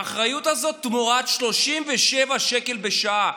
האחריות הזאת, תמורת 37 שקל בשעה.